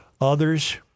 others